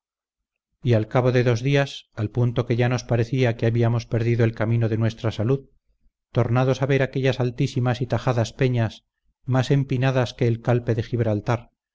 y al cabo de dos días al punto que ya nos parecía que habíamos perdido el camino de nuestra salud tornarnos a ver aquellas altísimas y tajadas peñas más empinadas que el calpe de gibraltar